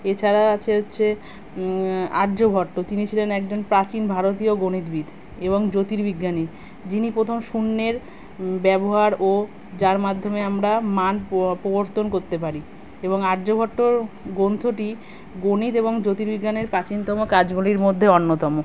এছাড়া আছে হচ্ছে আর্যভট্ট তিনি ছিলেন একজন প্রাচীন ভারতীয় গণিতবিদ এবং জ্যোতির্বিজ্ঞানী যিনি প্রথম শূন্যের ব্যবহার ও যার মাধ্যমে আমরা মান পো প্রবর্তন করতে পারি এবং আর্যভট্টর গ্রন্থটি গণিত এবং জ্যোতির্বিজ্ঞানের প্রাচীনতম কাজগুলির মধ্যে অন্যতম